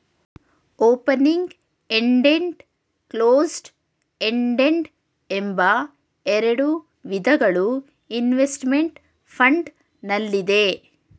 opening ended, closed ended ಎಂಬ ಎರಡು ವಿಧಗಳು ಇನ್ವೆಸ್ತ್ಮೆಂಟ್ ಫಂಡ್ ನಲ್ಲಿದೆ